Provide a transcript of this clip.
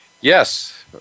Yes